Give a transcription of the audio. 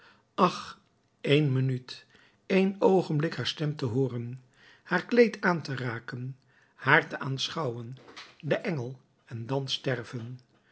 ach een minuut een oogenblik haar stem te hooren haar kleed aan te raken haar te aanschouwen de engel en dan sterven